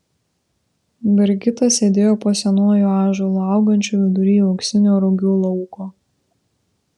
brigita sėdėjo po senuoju ąžuolu augančiu vidury auksinio rugių lauko